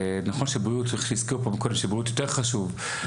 נכון שבריאות איך שהזכירו פה מקודם שבריאות יותר חשוב,